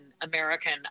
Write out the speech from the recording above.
american